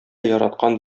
яраткан